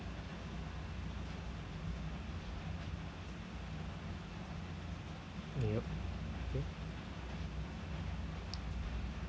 yup okay